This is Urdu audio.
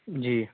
جی